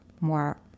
more